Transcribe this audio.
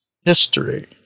history